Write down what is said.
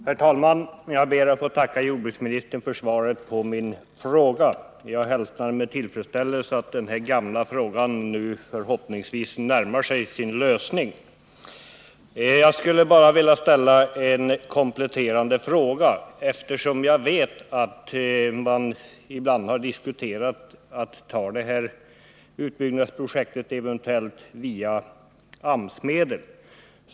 Herr talman! Jag ber att få tacka jordbruksministern för svaret på min fråga. Jag hälsar med tillfredsställelse att detta gamla problem nu förhoppningsvis närmar sig sin lösning. Jag vill bara ställa en kompletterande fråga, eftersom jag vet att man ibland har diskuterat att eventuellt finansiera utbyggnadsprojektet med AMS-medel.